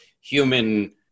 human